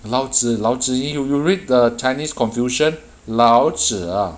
老子老子 y~ you read the chinese confusion 老子